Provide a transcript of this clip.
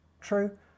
true